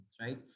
right